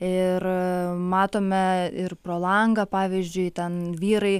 ir matome ir pro langą pavyzdžiui ten vyrai